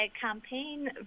campaign